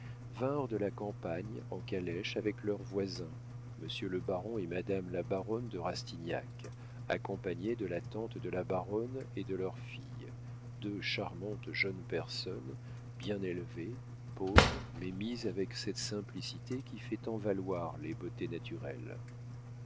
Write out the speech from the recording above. vinrent de la campagne en calèche avec leurs voisins monsieur le baron et madame la baronne de rastignac accompagnés de la tante de la baronne et de leurs filles deux charmantes jeunes personnes bien élevées pauvres mais mises avec cette simplicité qui fait tant valoir les beautés naturelles